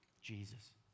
Jesus